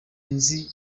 nzi